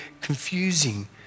confusing